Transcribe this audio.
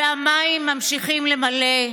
והמים ממשיכים למלא.